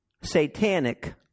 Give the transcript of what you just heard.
satanic